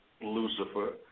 Lucifer